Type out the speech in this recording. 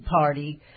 Party